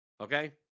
Okay